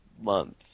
month